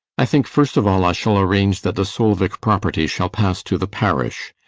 i think, first of all, i shall arrange that the solvik property shall pass to the parish.